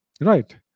right